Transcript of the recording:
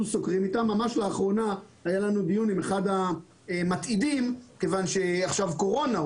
ממש לאחרונה היה לנו דיון עם אחד המתעידים כיוון שעכשיו קורונה,